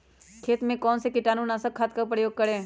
खेत में कौन से कीटाणु नाशक खाद का प्रयोग करें?